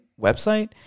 website